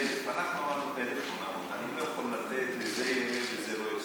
אין, אני לא יכול לתת שלזה יהיה ושלזה לא יחסר.